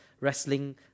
wrestling